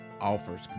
offers